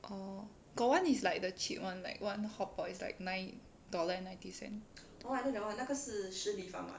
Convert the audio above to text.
orh got one is like the cheap [one] like one hotpot is like nine dollar and ninety cent